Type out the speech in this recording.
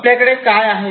आपल्याकडे काय आहे